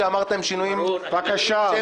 אם ראש הממשלה לא רוצה להגיש בקשת חסינות,